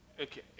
Okay